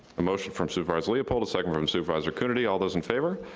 a motion from supervisor leopold, a second from supervisor coonerty all those in favor.